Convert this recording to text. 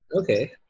Okay